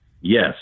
yes